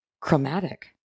chromatic